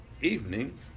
evening